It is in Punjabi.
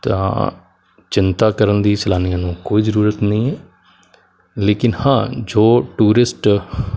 ਤਾਂ ਚਿੰਤਾ ਕਰਨ ਦੀ ਸੈਲਾਨੀਆਂ ਨੂੰ ਕੋਈ ਜ਼ਰੂਰਤ ਨਹੀਂ ਹੈ ਲੇਕਿਨ ਹਾਂ ਜੋ ਟੂਰਿਸਟ